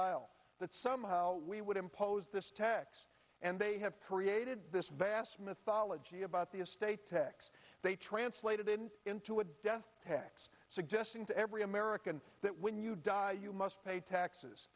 aisle that somehow we would impose this tax and they have created this vast mythology about the estate tax they translated into a death tax suggesting to every american that when you die you must pay taxes